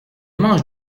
manches